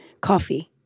coffee